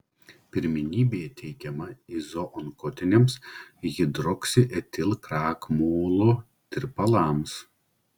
pirmenybė teikiama izoonkotiniams hidroksietilkrakmolo tirpalams